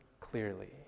clearly